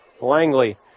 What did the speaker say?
Langley